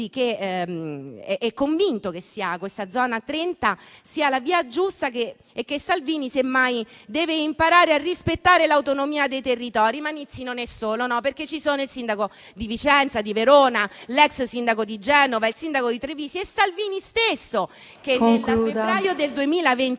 ed è convinto che la Zona 30 sia la via giusta e che Salvini semmai debba imparare a rispettare l'autonomia dei territori. Ma Nizzi non è solo, no, perché ci sono il sindaco di Vicenza, il sindaco di Verona, l'ex sindaco di Genova, il sindaco di Treviso e Salvini stesso, che nel febbraio 2023 ha stanziato